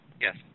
Yes